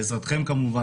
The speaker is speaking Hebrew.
בעזרתכם כמובן,